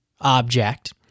object